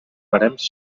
barems